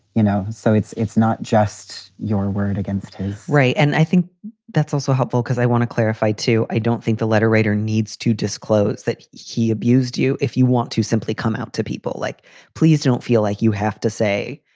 you know, so it's it's not just your word against his right. and i think that's also helpful because i want to clarify to. i don't think the letter writer needs to disclose that he abused you, if you want to simply come out to people like please don't feel like you have to say.